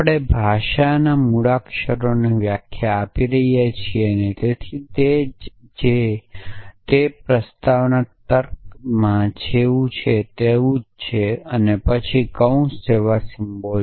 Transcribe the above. આપણે ભાષાના મૂળાક્ષરોની વ્યાખ્યા આપી રહ્યા છીએ તેથી અને તે જ જે તે પ્રસ્તાવના તર્કમાં જેવું છે તે જ છે પછી કૌંસ જેવા સિમ્બોલ